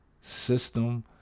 system